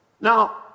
Now